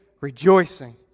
rejoicing